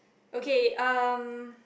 okay um